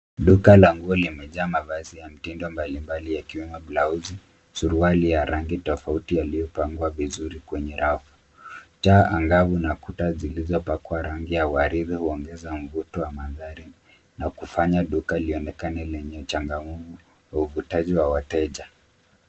Duka la nguo limejaa mavazi ya mtindo mbali mbali yakiwemo blausi, suruali ya rangi tofauti yaliyo pangwa vizuri kwenye rafu . Taa angavu na kuta zilizopakwa rangi ya waridi huongeza mvuto wa maandhari na kufanya duka lionekane lenye changamfu na uvutaji wa wateja.